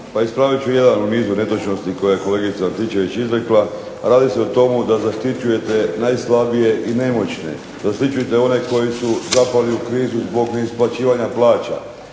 Pa ispravit ću jedan u nizu netočnosti koje je kolegica Antičević izrekla, a radi se o tome da zaštićujete najslabije i nemoćne, zaštićujete one koji su zapali u krizu zbog neisplaćivanja plaća.